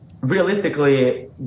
realistically